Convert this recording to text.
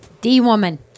D-woman